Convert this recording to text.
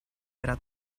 era